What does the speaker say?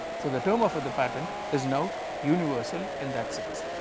so, the term of of the patent is now universal in that sense.